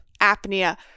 apnea